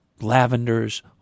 lavenders